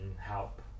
help